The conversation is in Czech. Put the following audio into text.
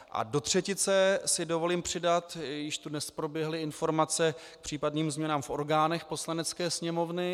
A do třetice si dovolím přidat již tu dnes proběhly informace k případným změnám v orgánech Poslanecké sněmovny.